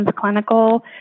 clinical